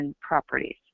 properties